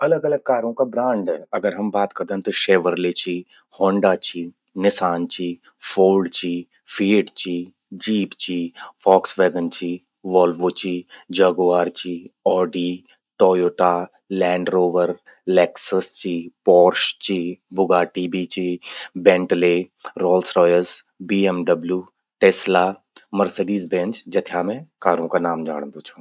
अलग अलग कारों का ब्रांड अगर हम बात करदन त शेवरले चि होंडा चि, निसान चि, फोर्ड चि, फिएट चि, जीप चि, वॉक्सवैगन चि, वॉल्वो चि, जगुआर चि, Audi, Toyota, Land Rover, Lexus चि, पोर्श चि, बुगाटि बि चि, Bentley, Rolls Royce, BMW, Tesla, Mercedes Benz. जथ्या मैं कारुं का नाम जाणदूं छूं।